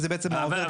שזה בעצם האוברדרפט.